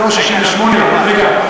זה לא 68. אריה,